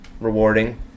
rewarding